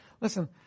Listen